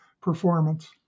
performance